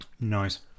Nice